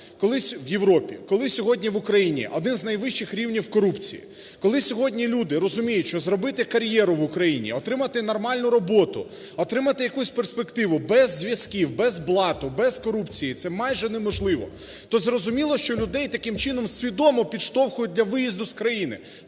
плати в Європі, коли сьогодні в Україні один з найвищих рівнів корупції, коли сьогодні люди розуміють, що зробити кар'єру в Україні, отримати нормальну роботу, отримати якусь перспективу без зв'язків, без блату, без корупції це майже неможливо, то, зрозуміло, що людей таким чином свідомо підштовхують для виїзду з країни.